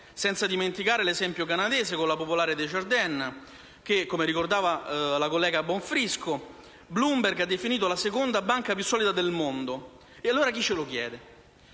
Senza dimenticare l'esempio canadese, con la Cassa popolare Desjardins che, come ricordava la collega Bonfrisco, Bloomberg ha definito la seconda banca più solida del mondo. E allora chi ce lo chiede?